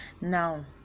Now